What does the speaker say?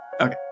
Okay